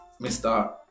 Mr